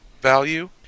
value